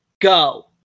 Go